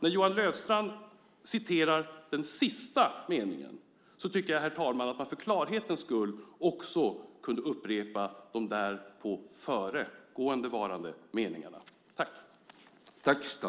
När Johan Löfstrand citerar den sista meningen tycker jag, herr talman, att han för klarhetens skull kunde upprepa de två föregående meningarna.